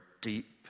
deep